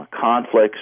conflicts